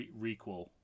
Requel